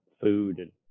food